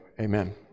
Amen